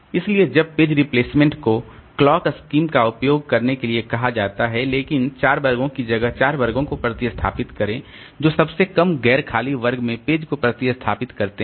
इसलिए जब page replacement को क्लॉक स्कीम का उपयोग करने के लिए कहा जाता है लेकिन 4 वर्गों की जगह 4 वर्गों को प्रतिस्थापित करें जो सबसे कम गैर खाली वर्ग में पेज को प्रतिस्थापित करते हैं